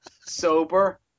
sober